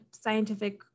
scientific